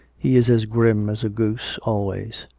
he is as grim as a goose, always.